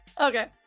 Okay